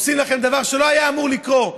עושים לכם דבר שלא היה אמור לקרות.